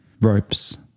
Ropes